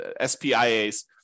SPIA's